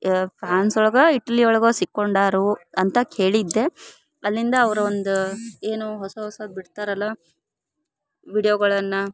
France ಒಳಗೆ Italy ಒಳಗೊ ಸಿಕ್ಕೊಂಡಾರೂ ಅಂತ ಕೇಳಿದ್ದೆ ಅಲ್ಲಿಂದ ಅವ್ರ ಒಂದು ಏನು ಹೊಸ ಹೊಸದು ಬಿಡ್ತರಲ್ಲ ವಿಡ್ಯೋಗಳನ್ನ